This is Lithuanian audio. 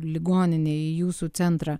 ligoninėj į jūsų centrą